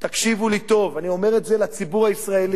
תקשיבו לי טוב, אני אומר את זה לציבור הישראלי,